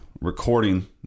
recording